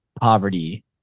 poverty